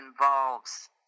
involves